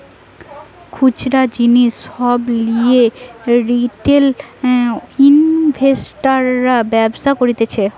খুচরা জিনিস সব লিয়ে রিটেল ইনভেস্টর্সরা ব্যবসা করতিছে